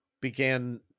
began